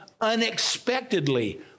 unexpectedly